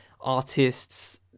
artists